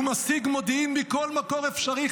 הוא משיג מודיעין מכל מקור אפשרי",